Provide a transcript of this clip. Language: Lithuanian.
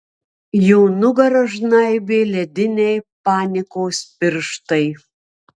jo nugarą žnaibė lediniai panikos pirštai